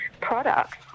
products